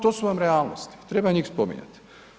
To su vam realnosti, treba njih spominjati.